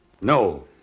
No